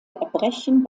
erbrechen